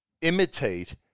imitate